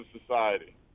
society